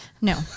No